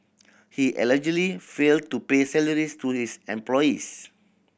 he allegedly failed to pay salaries to his employees